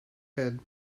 head